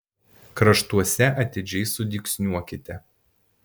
kraštuose atidžiai sudygsniuokite